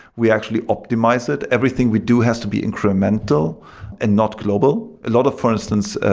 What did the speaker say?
we actually optimize it. everything we do has to be incremental and not global. a lot, for instance,